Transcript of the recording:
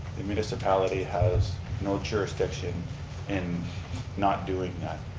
the municipality has no jurisdiction in not doing that.